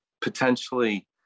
potentially